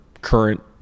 current